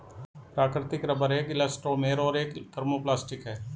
प्राकृतिक रबर एक इलास्टोमेर और एक थर्मोप्लास्टिक है